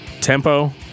tempo